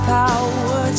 power